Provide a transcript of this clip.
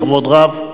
בכבוד רב.